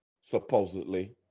supposedly